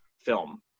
film